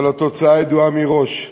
אבל התוצאה ידועה מראש.